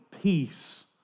peace